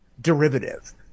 derivative